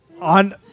On